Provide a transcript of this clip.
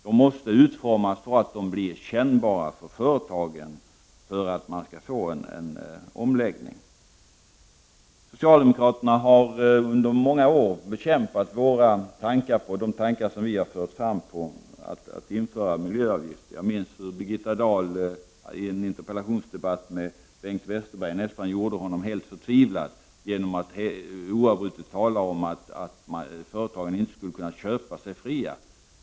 De måste utformas så att de blir kännbara för företagen, om man skall få till stånd en omläggning. Socialdemokraterna har under många år bekämpat de tankar vi har fört fram om att man skall införa miljöavgifter. Jag minns hur Birgitta Dahl i en interpellationsdebatt med Bengt Westerberg gjorde honom nästan helt förtvivlad genom att oavbrutet säga att företagen inte skulle kunna köpa sig fria.